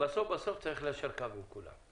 בסוף בסוף צריך ליישר קו עם כולם.